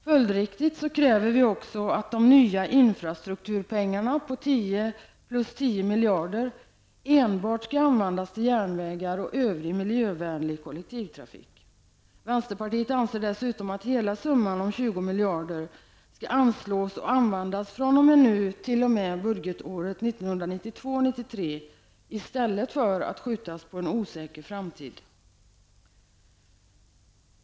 Följdriktigt kräver vi också att de nya infrastrukturpengarna om 10 + 10 miljarder enbart skall användas till järnvägar och övrig miljövänlig kollektivtrafik. Vi i vänsterpartiet anser dessutom att hela summan om 20 miljarder skall anslås och användas fr.o.m. nu och t.o.m. budgetåret 1992/93 i stället för att detta skjuts på en osäker framtid.